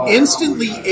instantly